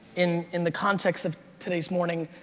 in in the context of today's morning,